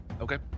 Okay